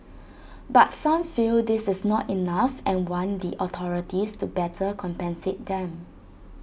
but some feel this is not enough and want the authorities to better compensate them